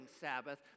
Sabbath